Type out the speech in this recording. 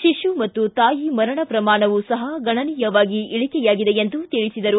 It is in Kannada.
ಶಿಶು ಮತ್ತು ತಾಯಿ ಮರಣ ಪ್ರಮಾಣವು ಸಹ ಗಣನೀಯವಾಗಿ ಇಳಿಕೆಯಾಗಿದೆ ಎಂದು ತಿಳಿಸಿದರು